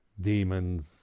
demons